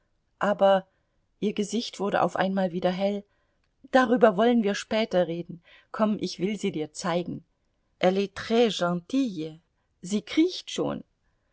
aber ihr gesicht wurde auf einmal wieder hell darüber wollen wir später reden komm ich will sie dir zeigen elle est trs gentille sie kriecht schon